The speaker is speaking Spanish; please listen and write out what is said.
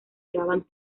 llegaban